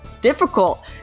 difficult